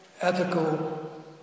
ethical